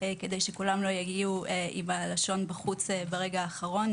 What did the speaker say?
כדי שלא יגיעו עם הלשון בחוץ וברגע האחרון,